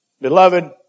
Beloved